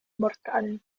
morgan